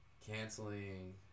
Canceling